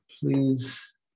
please